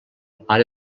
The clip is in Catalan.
pare